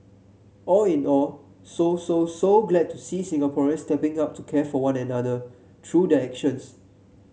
all in all so so so glad to see Singaporeans stepping up to care for one another through their actions